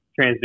transducer